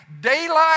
daylight